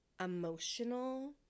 emotional